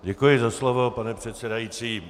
Děkuji za slovo, pane předsedající.